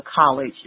college